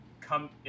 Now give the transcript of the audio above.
come